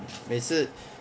每次